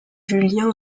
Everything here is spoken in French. julien